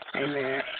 Amen